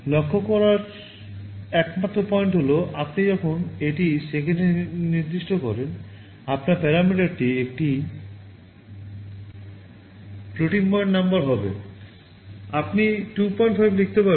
লক্ষ্য করার একমাত্র পয়েন্ট হল আপনি যখন এটি সেকেন্ডে নির্দিষ্ট করেন আপনার প্যারামিটারটি একটি ফ্লোটিং পয়েন্ট নাম্বার হবে আপনি 25 লিখতে পারবেন